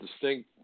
distinct